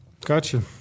gotcha